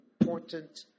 important